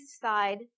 side